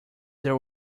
there